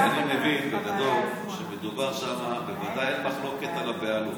הרי אני מבין בגדול שמדובר שם שבוודאי אין מחלוקת על הבעלות.